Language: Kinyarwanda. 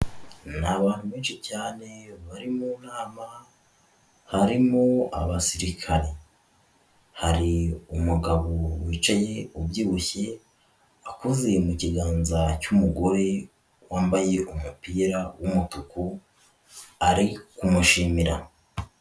Ni abantu benshi cyane bari mu nama, harimo abasirikare. Hari umugabo wicaye ubyibushye, akoze mu kiganza cy'umugore wambaye umupira w'umutuku, ari kumushimira.